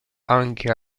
anche